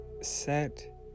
set